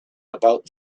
about